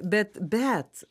bet bet